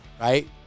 right